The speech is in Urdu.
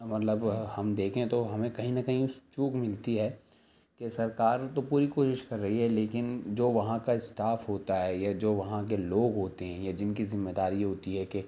مطلب ہم دیکھیں تو ہمیں کہیں نہ کہیں چوک ملتی ہے کہ سرکار تو پوری کوشش کر رہی ہے لیکن جو وہاں کا اسٹاف ہوتا ہے یا جو وہاں کے لوگ ہوتے ہیں یا جن کی ذمہ داری ہوتی ہے کہ